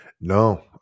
No